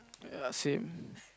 ya same